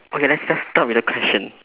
okay let's just start with the question